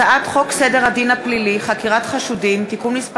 הצעת חוק סדר הדין הפלילי (חקירת חשודים) (תיקון מס'